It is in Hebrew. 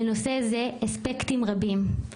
לנושא זה אספקטים רבים.